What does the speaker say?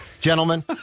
gentlemen